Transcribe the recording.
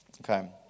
Okay